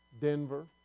Denver